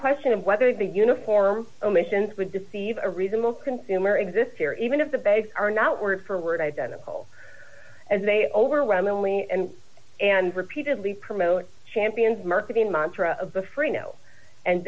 question of whether the uniform omissions would deceive a reasonable consumer exists here even if the basics are not word for word identical as they overwhelmingly and and repeatedly promote champions marketing montra of the free no and